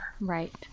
Right